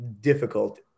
difficult